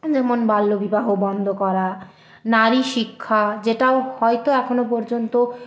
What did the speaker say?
যেমন বাল্যবিবাহ বন্ধ করা নারী শিক্ষা যেটা হয়তো এখনও পর্যন্ত